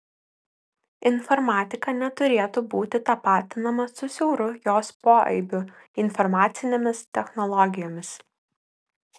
informatika neturėtų būti tapatinama su siauru jos poaibiu informacinėmis technologijomis